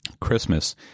Christmas